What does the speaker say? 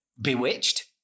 Bewitched